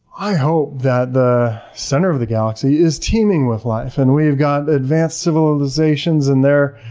i hope that the center of the galaxy is teeming with life and we've got advanced civilizations in there.